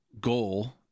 goal